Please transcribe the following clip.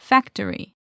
Factory